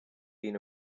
been